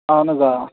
اَہن حظ آ